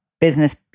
business